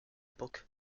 époque